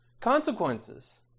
consequences